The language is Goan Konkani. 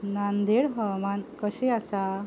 नांदेड हवामान कशें आसा